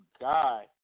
guy